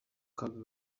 kaga